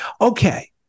Okay